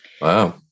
Wow